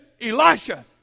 Elisha